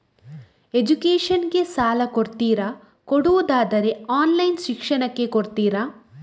Education ಗೆ ಸಾಲ ಕೊಡ್ತೀರಾ, ಕೊಡುವುದಾದರೆ ಆನ್ಲೈನ್ ಶಿಕ್ಷಣಕ್ಕೆ ಕೊಡ್ತೀರಾ?